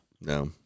no